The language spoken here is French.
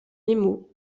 nemo